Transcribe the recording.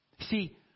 See